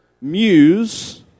muse